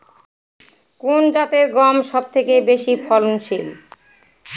কোন জাতের গম সবথেকে বেশি ফলনশীল?